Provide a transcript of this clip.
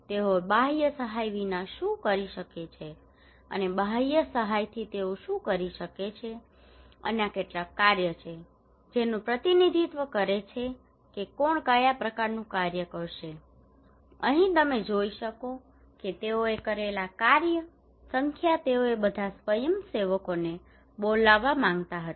તેઓ બાહ્ય સહાય વિના શું કરી શકે છે અને બાહ્ય સહાયથી તેઓ શું કરી શકે છે અને આ કેટલાક કાર્યો છે જેનું પ્રતિનિધિત્વ કરે છે કે કોણ કયા પ્રકારનું કાર્ય કરશે અહીં તમે જોઈ શકો છો કે તેઓએ કરેલા કાર્ય સંખ્યા તેઓએ બધા સ્વયંસેવકોને બોલાવવા માંગતા હતા